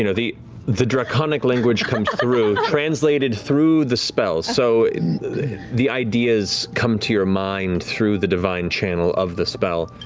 you know the the draconic language comes through, translated through the spell, so the ideas come to your mind through the divine channel of the spell,